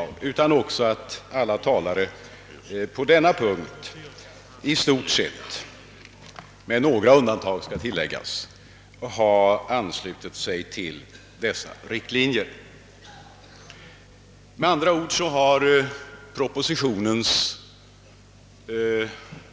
De